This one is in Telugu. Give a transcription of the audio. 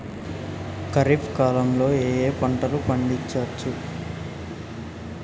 ఖరీఫ్ కాలంలో ఏ ఏ పంటలు పండించచ్చు?